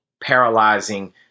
paralyzing